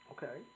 Okay